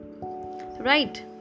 Right